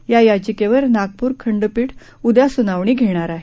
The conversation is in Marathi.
या याचिकेवर नागपूर खंडपीठ उद्या सूनावणी घेणार आहे